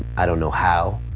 i don't know how,